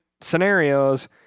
scenarios